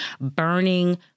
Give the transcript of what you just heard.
burning